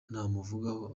namuvugaho